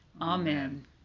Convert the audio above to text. Amen